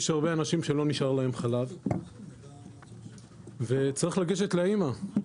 יש הרבה אנשים שלא נשאר להם חלב וצריך לגשת לאמא.